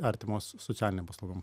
artimos socialinėm paslaugom